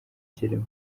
kirimo